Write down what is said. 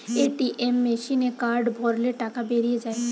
ATM মেসিনে card ভরলে টাকা বেরিয়ে যায়